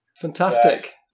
Fantastic